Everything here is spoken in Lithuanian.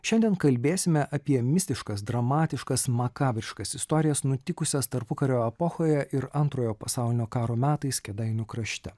šiandien kalbėsime apie mistiškas dramatiškas makabriškas istorijas nutikusias tarpukario epochoje ir antrojo pasaulinio karo metais kėdainių krašte